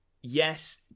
Yes